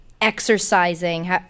exercising